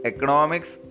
Economics